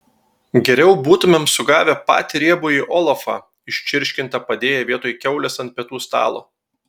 geriau būtumėm sugavę patį riebųjį olafą iščirškintą padėję vietoj kiaulės ant pietų stalo